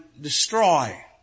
destroy